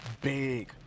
big